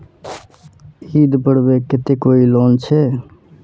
ईद पर्वेर केते कोई लोन छे?